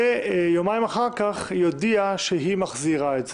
יומיים אחר כך, היא הודיעה שהיא מחזירה את זה.